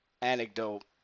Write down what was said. anecdote